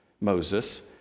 Moses